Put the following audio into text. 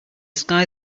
sky